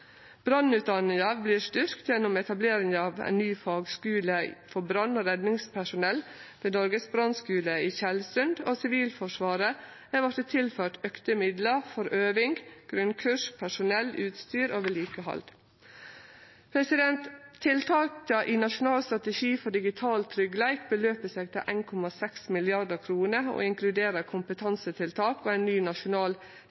Brannutdanninga vert styrkt gjennom etableringa av ein ny fagskule for brann- og redningspersonell ved Noregs brannskule i Tjeldsund, og Sivilforsvaret har vorte tilført auka midlar for øving, grunnkurs, personell, utstyr og vedlikehald. Tiltaka i den nasjonale strategien for digital tryggleik utgjer 1,6 mrd. kr og inkluderer kompetansetiltak og ein ny nasjonal teknisk tryggleikspakke for å styrkje og